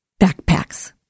backpacks